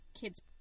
kids